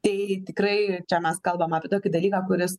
tai tikrai čia mes kalbam apie tokį dalyką kuris